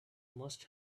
must